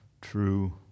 true